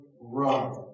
run